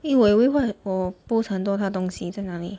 eh wait we what oh post 很多他东西在哪里